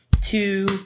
two